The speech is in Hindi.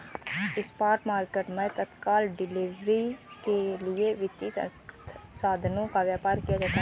स्पॉट मार्केट मैं तत्काल डिलीवरी के लिए वित्तीय साधनों का व्यापार किया जाता है